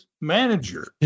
manager